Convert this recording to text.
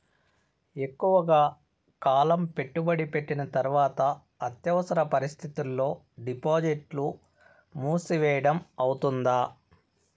ఎక్కువగా కాలం పెట్టుబడి పెట్టిన తర్వాత అత్యవసర పరిస్థితుల్లో డిపాజిట్లు మూసివేయడం అవుతుందా?